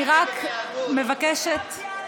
וגם דיאלנא.